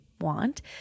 want